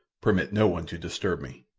permit no one to disturb me.